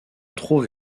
trouve